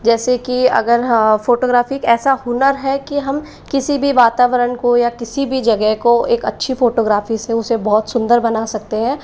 जैसे कि अगर हाँ फोटोग्राफी ऐसा हुनर है कि हम किसी भी वातावरण को या किसी भी जगह को एक अच्छी फोटोग्राफी से उसे बहुत सुंदर बना सकते है